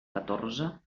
catorze